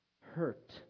hurt